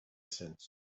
since